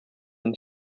and